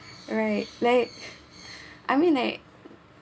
alright like I mean like